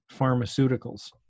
pharmaceuticals